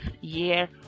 year